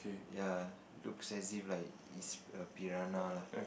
ya looks as if like it's a piranha lah